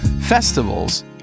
Festivals